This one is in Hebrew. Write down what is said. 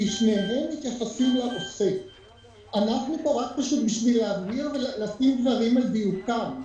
אנחנו טרחנו כדי לשים דברים על דיוקם.